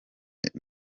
njye